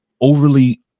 overly